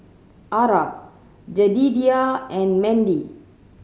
Arah Jedidiah and Mendy